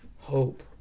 hope